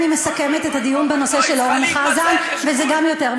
התשע"ז 2017. יציג את החוק חבר הכנסת